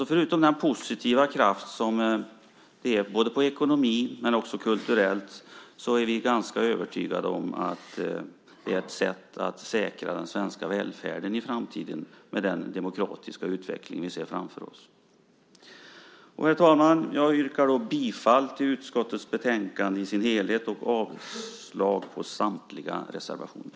Förutom den positiva kraft som det innebär för både ekonomi och kultur är vi ganska övertygade om att detta är ett sätt att säkra den svenska välfärden i framtiden, med den demokratiska utveckling som vi ser framför oss. Herr talman! Jag yrkar bifall till förslaget i sin helhet i utskottets betänkande och avslag på samtliga reservationer.